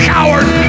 Coward